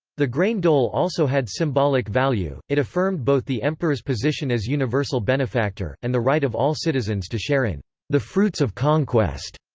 the grain dole also had symbolic value it affirmed both the emperor's position as universal benefactor, and the right of all citizens to share in the fruits of conquest.